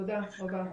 תודה רבה.